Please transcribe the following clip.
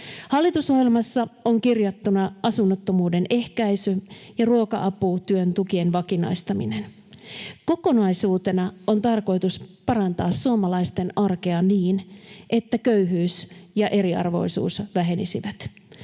Hallitusohjelmassa on kirjattuna asunnottomuuden ehkäisy ja ruoka-aputyön tukien vakinaistaminen. Kokonaisuutena on tarkoitus parantaa suomalaisten arkea niin, että köyhyys ja eriarvoisuus vähenisivät.